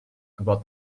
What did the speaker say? about